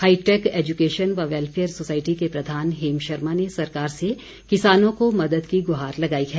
hi tech education व welfare society के प्रधान हेम शर्मा ने सरकार से किसानों को मदद की गुहार लगाई है